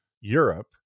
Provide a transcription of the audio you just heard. Europe